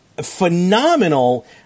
phenomenal